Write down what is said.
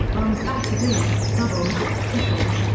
runs batted in, doubles, triples,